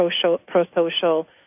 pro-social